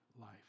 life